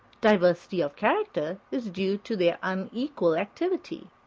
diversity of character is due to their unequal activity.